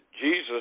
Jesus